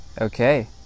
okay